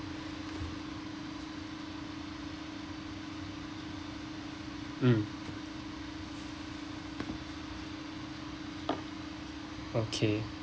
mm okay